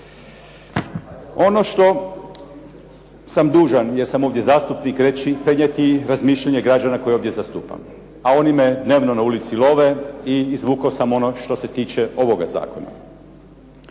Ono što sam dužan, jer sam ovdje zastupnik reći, prenijeti razmišljanje građana koje ovdje zastupam, a oni me dnevno na ulici love i izvukao sam ono što se tiče ovoga zakona.